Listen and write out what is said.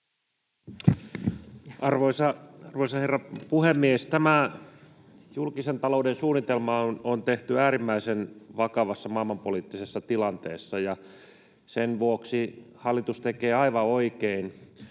Arvoisa herra puhemies! Tämä julkisen talouden suunnitelmahan on tehty äärimmäisen vakavassa maailmanpoliittisessa tilanteessa, ja sen vuoksi hallitus tekee aivan oikein,